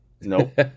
Nope